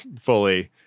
fully